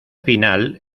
final